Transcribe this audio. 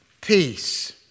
Peace